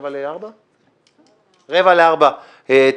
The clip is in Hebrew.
בכפוף לשינויים,